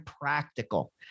practical